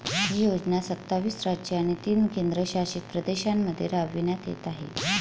ही योजना सत्तावीस राज्ये आणि तीन केंद्रशासित प्रदेशांमध्ये राबविण्यात येत आहे